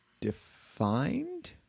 defined